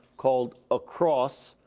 called across,